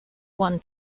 one